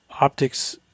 Optics